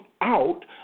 out